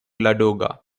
ladoga